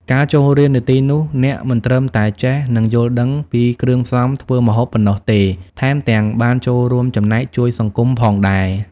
ការចូលរៀននៅទីនោះអ្នកមិនត្រឹមតែចេះនឹងយល់ដឹងពីគ្រឿងផ្សំធ្វើម្ហូបប៉ុណ្ណោះទេថែមទាំង បានចូលរួមចំណែកជួយសង្គម ផងដែរ។